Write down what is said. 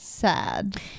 Sad